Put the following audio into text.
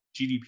GDP